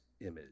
image